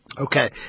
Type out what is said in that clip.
Okay